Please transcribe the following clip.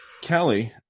Kelly